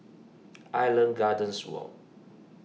Island Gardens Walk